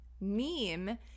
Meme